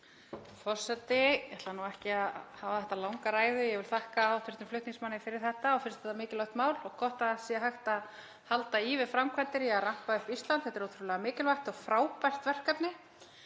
að hafa þetta langa ræðu. Ég vil þakka hv. flutningsmanni fyrir og finnst þetta mikilvægt mál. Það er gott að hægt sé að halda í við framkvæmdir í að rampa upp Ísland. Þetta er ótrúlega mikilvægt og frábært verkefni.